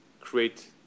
create